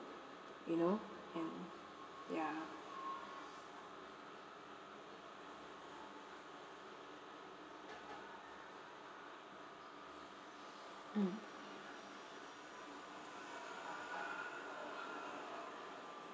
you know and ya mm